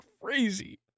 crazy